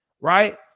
right